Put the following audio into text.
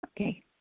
Okay